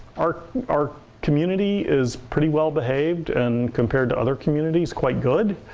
our our community is pretty well behaved. and compared to other communities, quite good.